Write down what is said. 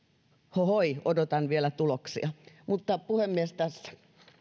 hohoi odotan vielä tuloksia mutta puhemies tässä